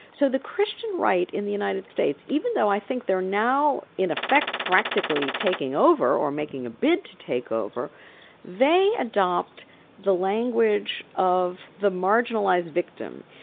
so the christian right in the united states even though i think they're now in effect practically taking over, or making a bid to take over they adopt the language of the marginalised victim,